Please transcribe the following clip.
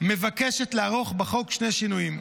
מבקשת לערוך בחוק שני שינויים: